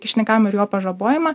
kyšininkavimą ir jo pažabojimą